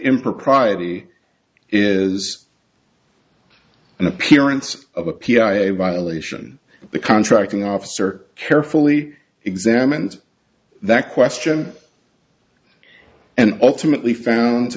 impropriety is an appearance of a p i m violation the contracting officer carefully examined that question and ultimately found